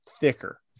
thicker